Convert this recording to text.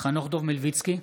חנוך דב מלביצקי,